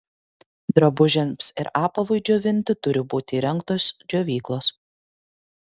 drabužiams ir apavui džiovinti turi būti įrengtos džiovyklos